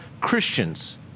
Christians